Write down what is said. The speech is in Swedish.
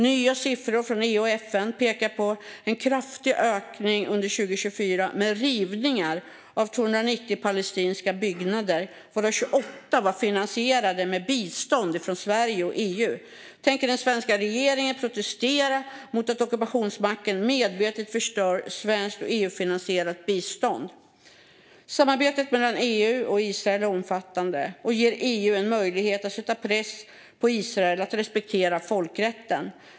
Nya siffror från EU och FN pekar på en kraftig ökning under 2024 med rivningar av 290 palestinska byggnader, varav 28 var finansierade med bistånd från Sverige och EU. Tänker den svenska regeringen protestera mot att ockupationsmakten medvetet förstör svenskt och EU-finansierat bistånd? Samarbetet mellan EU och Israel är omfattande och ger EU en möjlighet att sätta press på Israel att respektera folkrätten.